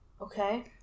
Okay